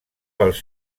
pels